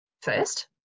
first